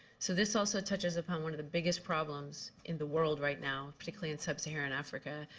so this also touched upon one of the biggest problems in the world right now, particularly in sub-saharan africa,